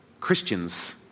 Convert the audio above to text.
Christians